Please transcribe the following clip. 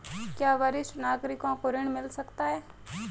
क्या वरिष्ठ नागरिकों को ऋण मिल सकता है?